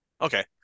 Okay